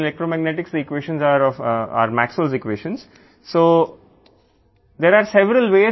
electromagnetic ఈక్వేషన్లు Maxwell ఈక్వేషన్లు అని అందరికీ తెలుసు